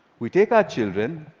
we take our children,